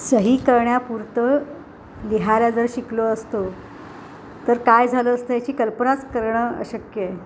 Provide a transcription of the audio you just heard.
सही करण्यापुरतं लिहायला जर शिकलो असतो तर काय झालं असतं याची कल्पनाच करणं अशक्यय